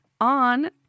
on